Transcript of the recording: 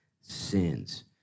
sins